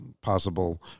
possible